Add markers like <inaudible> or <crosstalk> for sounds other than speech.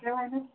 <unintelligible>